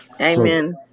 Amen